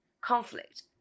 conflict